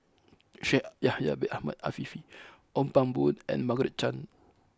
Shaikh Yahya Bin Ahmed Afifi Ong Pang Boon and Margaret Chan